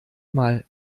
mal